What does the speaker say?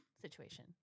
situation